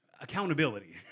accountability